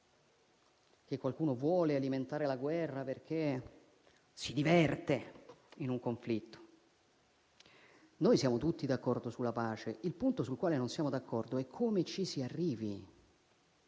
piaccia o voglia alimentare la guerra perché si diverte in un conflitto. Siamo tutti d'accordo sulla pace, il punto sul quale non siamo d'accordo e come ci si arrivi.